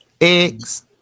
Eggs